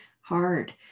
hard